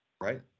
right